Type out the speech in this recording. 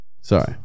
Sorry